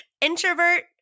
Introvert